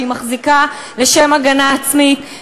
שהיא מחזיקה לשם הגנה עצמית,